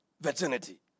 virginity